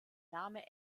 name